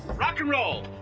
rock and roll!